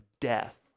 death